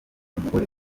umugore